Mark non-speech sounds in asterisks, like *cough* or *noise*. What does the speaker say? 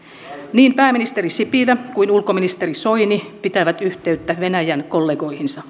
niin pääministeri sipilä kuin ulkoministeri soini pitävät yhteyttä venäjän kollegoihinsa *unintelligible*